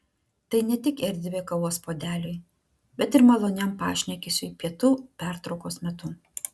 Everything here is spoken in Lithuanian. tai ne tik erdvė kavos puodeliui bet ir maloniam pašnekesiui pietų pertraukos metu